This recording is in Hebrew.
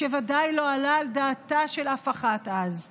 שוודאי לא עלה על דעתה של אף אחת אז,